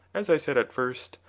as i said at first,